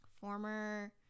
former